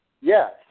yes